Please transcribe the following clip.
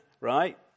right